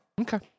okay